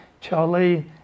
Charlie